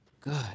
good